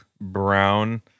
Brown